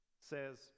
says